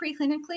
preclinically